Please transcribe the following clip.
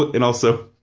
but and also,